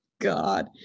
God